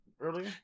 earlier